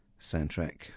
soundtrack